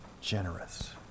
generous